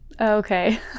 Okay